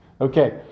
Okay